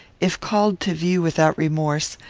if called to view without remorse,